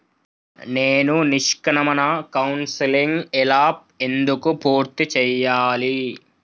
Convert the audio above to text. నేను నిష్క్రమణ కౌన్సెలింగ్ ఎలా ఎందుకు పూర్తి చేయాలి?